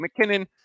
McKinnon